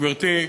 גברתי,